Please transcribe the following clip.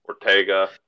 Ortega